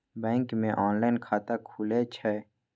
Bank मे online खाता खुले छै?